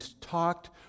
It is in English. talked